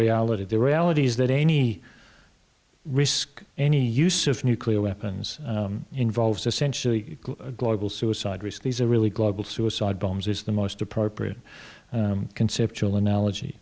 reality the reality is that any risk any use of nuclear weapons involves essentially a global suicide risk these are really global suicide bombs is the most appropriate conceptual analogy